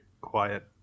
quiet